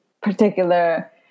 particular